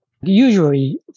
usually